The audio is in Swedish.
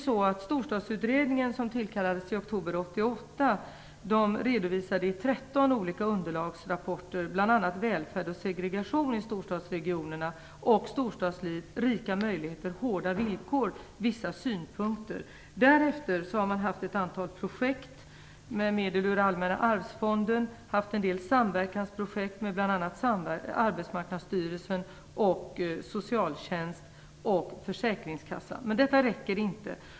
välfärd och segregation i de olika storstadsregionerna - Storstadsliv, rika möjligheter, hårda villkor, vissa synpunkter. Därefter har ett antal projekt genomförts med hjälp av medel ur allmänna arvsfonden. Det har varit ett antal samverkansprojekt med bl.a. Arbetsmarknadsstyrelsen, socialtjänst och försäkringskassa. Men detta räcker inte.